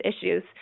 issues